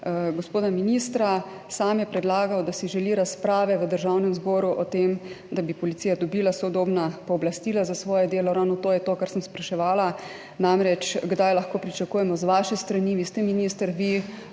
gospoda ministra, sam je predlagal, da si želi razprave v Državnem zboru o tem, da bi policija dobila sodobna pooblastila za svoje delo. Ravno to je to, kar sem spraševala, namreč kdaj lahko pričakujemo z vaše strani, vi ste minister, vi